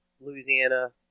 louisiana